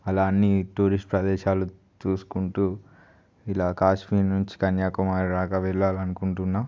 అలా అన్నీ టూరిస్ట్ ప్రదేశాలు చూసుకుంటూ ఇలా కాశ్మీర్ నుంచి కన్యాకుమారి దాకా వెళ్ళాలనుకుంటున్నా